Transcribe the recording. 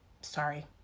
Sorry